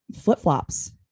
flip-flops